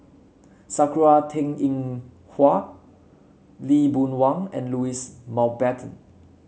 Sakura Teng Ying Hua Lee Boon Wang and Louis Mountbatten